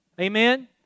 Amen